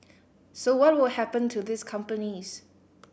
so what will happen to these companies